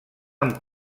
amb